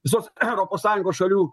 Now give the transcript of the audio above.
visos europos sąjungos šalių